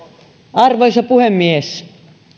arvoisa puhemies